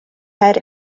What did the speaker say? head